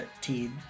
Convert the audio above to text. Teeth